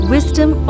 Wisdom